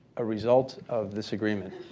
a result of this agreement,